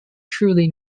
truly